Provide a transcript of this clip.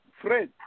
Fred